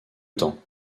temps